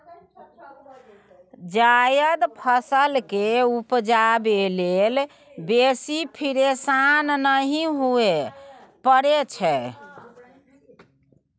जायद फसल केँ उपजाबै लेल बेसी फिरेशान नहि हुअए परै छै